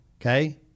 Okay